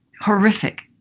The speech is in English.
horrific